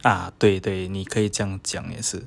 ah 对对你可以这样讲也是